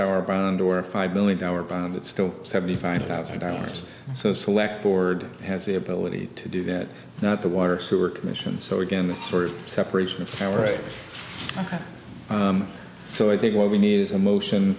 dollar bond or a five billion dollar bond and it's still seventy five thousand dollars so select board has the ability to do that not the water sewer commission so again the sort of separation of power so i think what we need is a motion